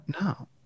No